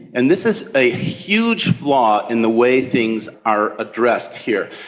and this is a huge flaw in the way things are addressed here.